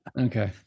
Okay